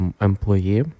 employee